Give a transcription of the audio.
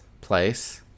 place